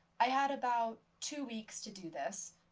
i had about two weeks to do this,